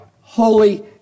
holy